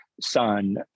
son